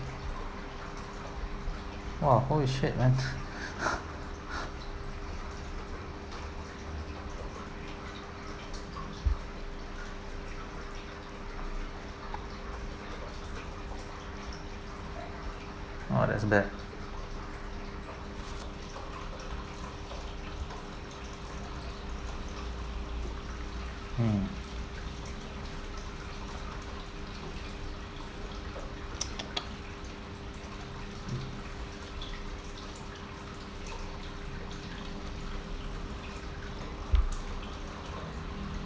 !whoa! holy shit man oh that's bad mm